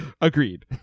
Agreed